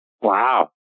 Wow